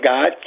God